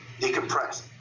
decompress